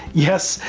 yes,